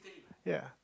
ya